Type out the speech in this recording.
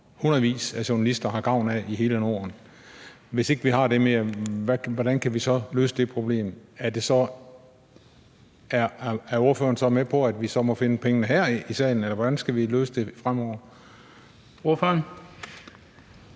hundredvis af journalister har gavn af i hele Norden. Hvordan kan vi løse det problem, når vi så ikke har dem? Er ordføreren med på, at vi så må finde pengene her i salen, eller hvordan skal vi løse det fremover? Kl.